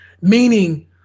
Meaning